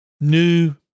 new